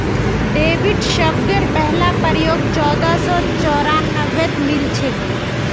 debit शब्देर पहला प्रयोग चोदह सौ चौरानवेत मिलछेक